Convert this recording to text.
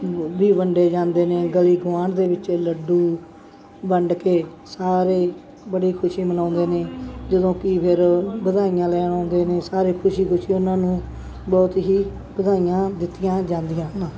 ਵੀ ਵੰਡੇ ਜਾਂਦੇ ਨੇ ਗਲੀ ਗਵਾਂਢ ਦੇ ਵਿੱਚ ਲੱਡੂ ਵੰਡ ਕੇ ਸਾਰੇ ਬੜੇ ਖੁਸ਼ੀ ਮਨਾਉਂਦੇ ਨੇ ਜਦੋਂ ਕਿ ਫਿਰ ਵਧਾਈਆਂ ਲੈਣ ਆਉਂਦੇ ਨੇ ਸਾਰੇ ਖੁਸ਼ੀ ਖੁਸ਼ੀ ਉਹਨਾਂ ਨੂੰ ਬਹੁਤ ਹੀ ਵਧਾਈਆਂ ਦਿੱਤੀਆਂ ਜਾਂਦੀਆਂ ਹਨ